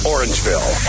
Orangeville